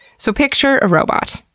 so picture a robot.